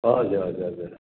हजुर हजुर हजुर